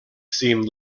seemed